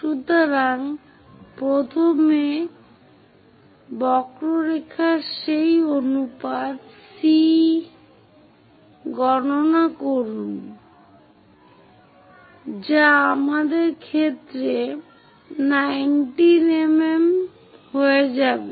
সুতরাং প্রথমে বক্ররেখার সেই অনুপাত C গণনা করুন যা আমাদের ক্ষেত্রে 19 mm হয়ে যাবে